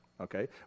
Okay